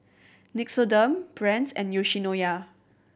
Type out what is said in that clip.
Nixoderm Brand's and Yoshinoya